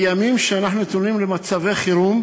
בימים שאנחנו נתונים במצבי חירום,